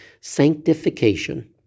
sanctification